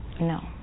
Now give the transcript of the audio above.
No